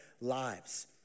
lives